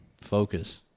focus